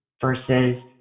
versus